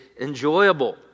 enjoyable